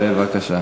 בבקשה.